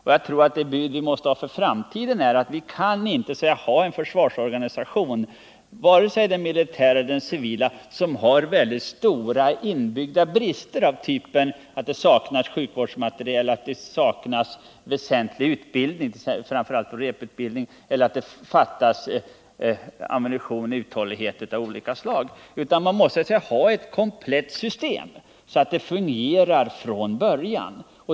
Vi kan inte för framtiden ha en försvarsorganisation, vare sig militär eller civil, som har stora inbyggda brister av sådan typ 217 som att det saknas sjukvårdsmateriel, att det saknas väsentlig utbildning — framför allt reputbildning - eller att det fattas ammunition och uthållighet av olika slag. Man måste ha ett komplett system som fungerar från början.